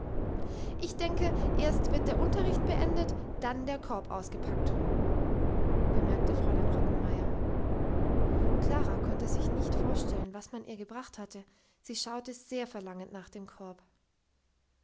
ich denke erst wird der unterricht beendet dann der korb ausgepackt bemerkte fräulein rottenmeier klara konnte sich nicht vorstellen was man ihr gebracht hatte sie schaute sehr verlangend nach dem korb